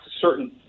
certain